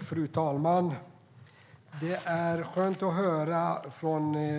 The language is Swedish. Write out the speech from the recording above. Fru talman! Det är skönt att höra